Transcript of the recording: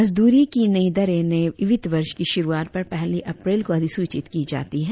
मजदूरी की नई दरें नए वित्त वर्ष की शुरुआत पर पहली अप्रैल को अधिसूचित की जाती हैं